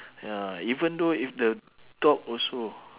ya even though if the dog also